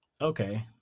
Okay